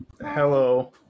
hello